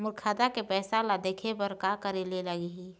मोर खाता के पैसा ला देखे बर का करे ले लागही?